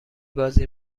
بازی